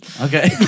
Okay